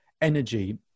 Energy